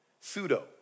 Pseudo